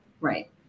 Right